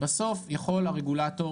בסוף יכול הרגולטור,